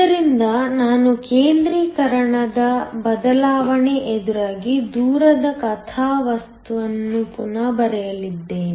ಆದ್ದರಿಂದ ನಾನು ಕೇಂದ್ರೀಕರಣದ ಬದಲಾವಣೆ ಎದುರಾಗಿ ದೂರ ದ ಕಥಾವಸ್ತುವನ್ನು ಪುನಃ ಬರೆಯಲಿದ್ದೇನೆ